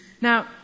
Now